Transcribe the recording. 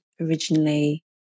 originally